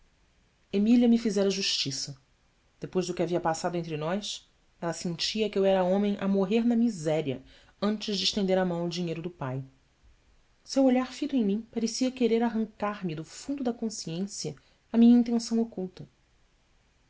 emília me fizera justiça depois do que havia passado entre nós ela sentia que eu era homem a morrer na miséria antes de estender a mão ao dinheiro do pai seu olhar fito em mim parecia querer arrancar-me do fundo da consciência a minha intenção oculta